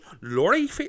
Laurie